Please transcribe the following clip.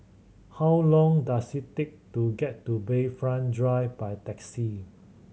how long does it take to get to Bayfront Drive by taxi